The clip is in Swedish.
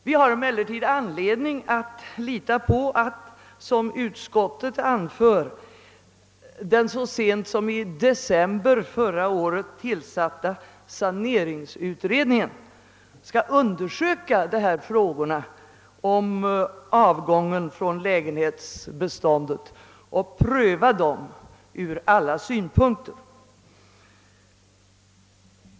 Vi har emellertid anledning att lita på att, såsom utskottet anför, den så sent som i december förra året tillsatta saneringsutredningen skall undersöka frågan om avgången från lägenhetsbeståndet och pröva den ur alla synpunkter.